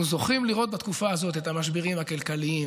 אנחנו זוכים לראות בתקופה הזו את המשברים הכלכליים,